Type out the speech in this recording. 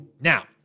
Now